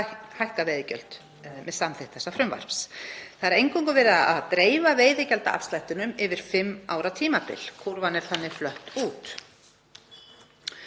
hækka veiðigjöld með samþykkt þessa frumvarps. Það er eingöngu verið að dreifa veiðigjaldaafslættinum yfir fimm ára tímabil. Kúrfan er þannig flött út.